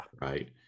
right